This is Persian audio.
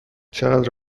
چقدر